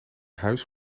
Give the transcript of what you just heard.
huis